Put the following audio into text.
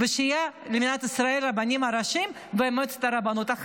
ושיהיו למדינת ישראל רבנים ראשיים ומועצת הרבנות.